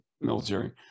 military